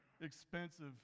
expensive